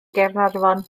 gaernarfon